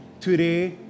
Today